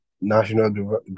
National